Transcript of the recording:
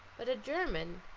but a german,